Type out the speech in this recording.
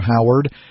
Howard